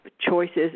choices